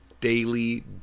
daily